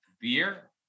Beer